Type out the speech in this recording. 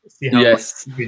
Yes